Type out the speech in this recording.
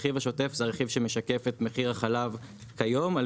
הרכיב השוטף זה הרכיב שמשקף את מחיר החלב היום על